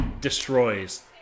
destroys